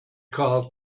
called